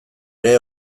ere